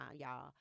y'all